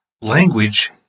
language